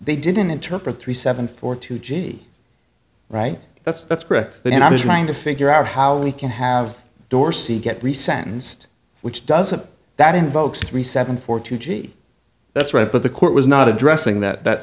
they didn't interpret three seven four two g b right that's that's correct when i was trying to figure out how we can have dorsey get reset inst which doesn't that invokes three seven four two g that's right but the court was not addressing that